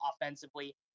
offensively